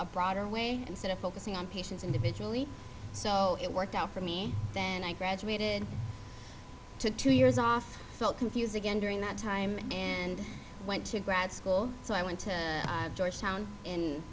a broader way instead of focusing on patients individually so it worked out for me then i graduated to two years off felt confused again during that time and went to grad school so i went to georgetown in